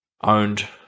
owned